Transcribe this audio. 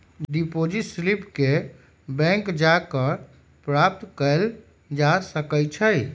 deposit slip के bank जा कऽ प्राप्त कएल जा सकइ छइ